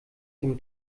dem